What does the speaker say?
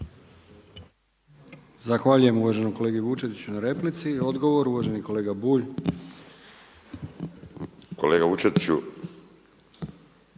Zahvaljujem uvaženom kolegi Vučetiću na replici. Odgovor uvaženi kolega Bulj. **Bulj,